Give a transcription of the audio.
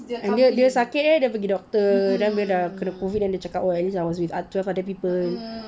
and dia dia sakit kan dia pergi doctor then bila dah kena COVID and the check up oh at least I was with twelve other people